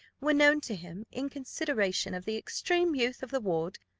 were known to him, in consideration of the extreme youth of the ward,